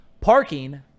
parking